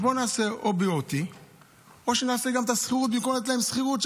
אז בוא נעשה או BOT או שנעשה גם את השכירות במקום לתת להם דמי שכירות.